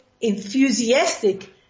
enthusiastic